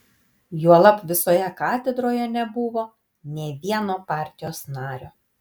juolab visoje katedroje nebuvo nė vieno partijos nario